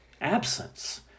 absence